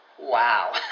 wow